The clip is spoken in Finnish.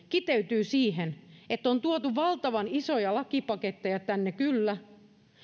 kiteytyy siihen että on kyllä tuotu valtavan isoja lakipaketteja tänne